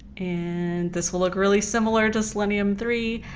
and this will look really similar to selenium three,